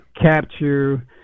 capture